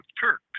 Turks